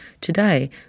Today